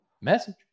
Message